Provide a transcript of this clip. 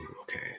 okay